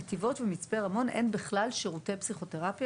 נתיבות ומצפה רמון אין בכלל שירותי פסיכותרפיה.